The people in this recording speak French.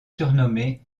surnommé